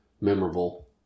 memorable